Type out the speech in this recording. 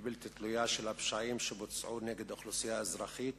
ובלתי תלויה של הפשעים שבוצעו נגד אוכלוסייה אזרחית